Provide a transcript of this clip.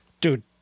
Dude